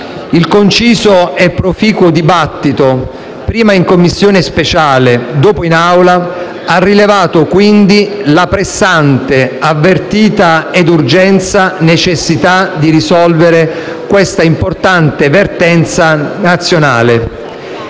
Il conciso e proficuo dibattito, prima in Commissione speciale e dopo in Assemblea, ha rilevato la pressante, avvertita e urgente necessità di risolvere questa importante vertenza nazionale